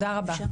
תודה רבה.